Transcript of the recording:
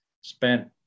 spent